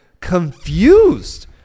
confused